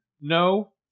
No